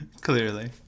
Clearly